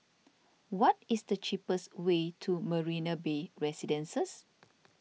what is the cheapest way to Marina Bay Residences